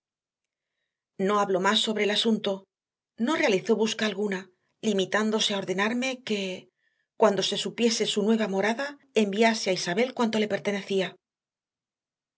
no habló más sobre el asunto no realizó busca alguna limitándose a ordenarme que cuando se supiese su nueva morada enviase a isabel cuanto le pertenecía